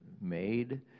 made